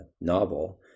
novel